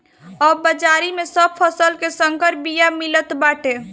अब बाजारी में सब फसल के संकर बिया मिलत बाटे